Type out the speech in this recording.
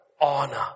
honor